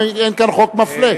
האם אין כאן חוק מפלה.